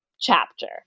chapter